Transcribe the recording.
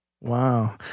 wow